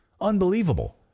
unbelievable